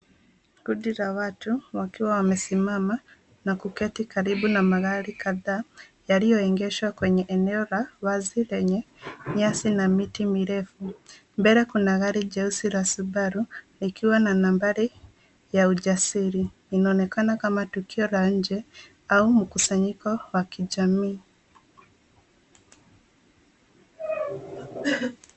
Kundi la watu wakiwa wamesimama na kuketi karibu na magari kadhaa yaliyo egeshwa kwenye eneo la wazi lenye nyasi na miti mirefu, mbele kuna gari jeusi la subaru likiwa na nambari ya ujasili, ina onekana kama tukio la nje au mkusanyiko wa kijamii.